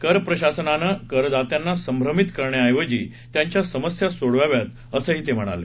करप्रशासनानं करदात्यांना संभ्रमीत करणाया एवजी त्यांच्या समस्या सोडवाव्यात असं ते म्हणाले